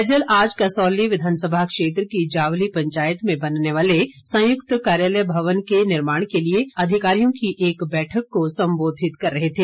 सैजल आज कसौली विधानसभा क्षेत्र की जावली पंचायत में बनने वाले संयुक्त कार्यालय भवन के निर्माण के लिए अधिकारियों की एक बैठक को संबोधित कर रहे थे